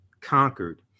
conquered